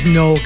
no